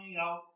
out